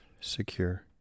secure